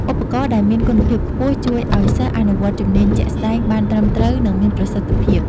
ឧបករណ៍ដែលមានគុណភាពខ្ពស់ជួយឱ្យសិស្សអនុវត្តជំនាញជាក់ស្តែងបានត្រឹមត្រូវនិងមានប្រសិទ្ធភាព។